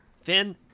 Finn